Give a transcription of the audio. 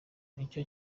ntaco